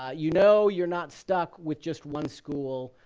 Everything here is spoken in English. ah you know you're not stuck with just one school.